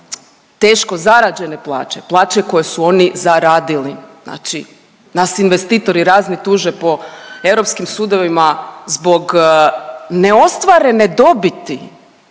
teško zarađene plaće, plaće koje su oni zaradili. Znači nas investitori razni tuže po europskim sudovima zbog neostvarene dobiti